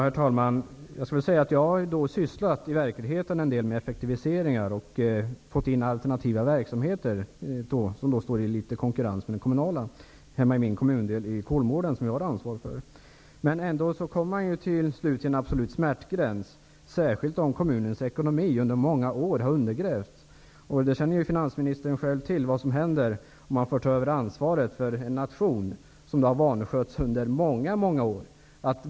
Herr talman! Jag har sysslat med effektivisering en del i verkligheten och fått in alternativa verksamheter som står i konkurrens med den kommunala, hemma i min kommundel Kolmården, som jag har ansvar för. Men man kommer till slut till en absolut smärtgräns, särskilt om kommunens ekonomi har undergrävts under många år. Finansministern känner själv till vad som händer om man får ta över ansvaret för en nation som har vanskötts under många år.